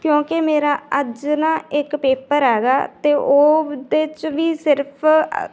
ਕਿਉਂਕਿ ਮੇਰਾ ਅੱਜ ਨਾ ਇੱਕ ਪੇਪਰ ਹੈਗਾ ਅਤੇ ਉਹ ਦੇ 'ਚ ਵੀ ਸਿਰਫ